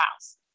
house